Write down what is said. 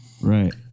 Right